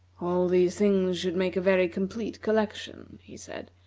all these things should make a very complete collection, he said,